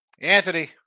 Anthony